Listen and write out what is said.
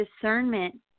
discernment